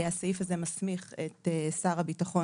הסעיף הזה מסמיך את שר הביטחון,